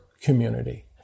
community